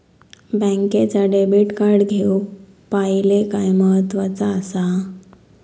बँकेचा debit card घेउक पाहिले काय महत्वाचा असा?